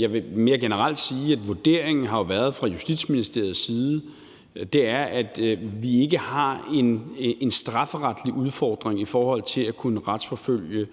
Jeg vil mere generelt sige, at vurderingen fra Justitsministeriets side jo har været, at vi ikke har en strafferetlig udfordring i forhold til at kunne retsforfølge